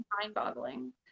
mind-boggling